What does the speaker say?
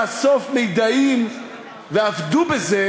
לאסוף מידעים ועבדו בזה,